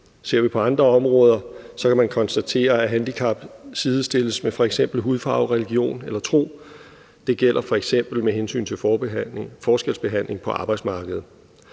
Ser vi på andre områder, kan man konstatere, at handicap sidestilles med f.eks. hudfarve, religion eller tro. Det gælder f.eks. med hensyn til forskelsbehandling på arbejdsmarkedet.